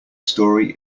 story